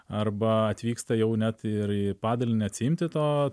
arba atvyksta jau net ir į padalinį atsiimti to